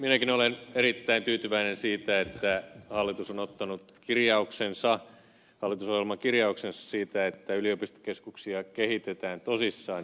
minäkin olen erittäin tyytyväinen siihen että hallitus on ottanut hallitusohjelmaan kirjauksen siitä että yliopistokeskuksia kehitetään tosissaan